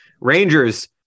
Rangers